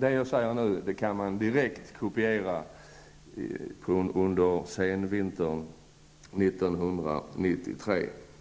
det jag säger nu kan kopieras direkt och användas under senvintern 1993.